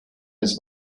his